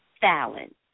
Fallon